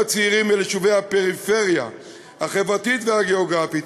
הצעירים ליישובי הפריפריה החברתית והגיאוגרפית,